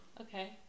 Okay